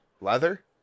Leather